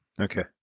Okay